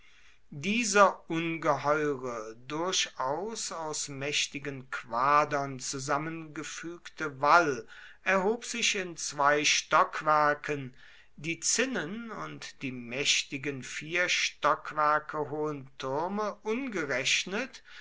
dieser ungeheure durchaus aus mächtigen quadern zusammengefügte wall erhob sich in zwei stockwerken die zinnen und die mächtigen vier stockwerke hohen türme ungerechnet